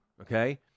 okay